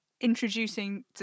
introducing